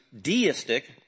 deistic